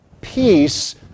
peace